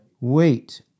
Weight